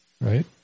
right